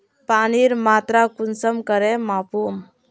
पानीर मात्रा कुंसम करे मापुम?